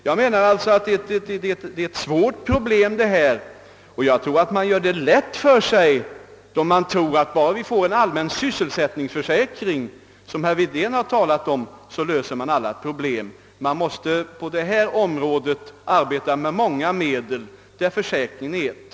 Jag menar alltså att detta är ett svårt problem, och jag tror att man gör det lätt för sig då man tror att bara vi får en allmän sysselsättningsförsäkring — som herr Wedén har talat om — så löser man alla problem. Man måste på detta område arbeta med många medel, av vilka försäkring är ett.